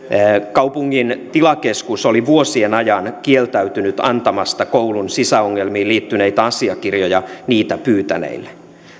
kaupungin tilakeskus oli vuosien ajan kieltäytynyt antamasta koulun sisäilmaongelmiin liittyneitä asiakirjoja niitä pyytäneille